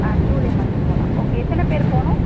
ஆ July month போகலாம் okay எத்தனை பேர் போகணும்